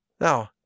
Now